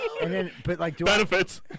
Benefits